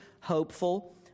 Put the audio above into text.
hopeful